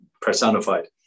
personified